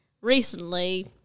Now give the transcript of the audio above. recently